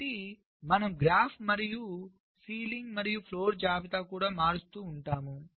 కాబట్టి మనము గ్రాఫ్ మరియు సీలింగ్ మరియు ఫ్లోర్ జాబితాను కూడా మారుస్తూ ఉంటాము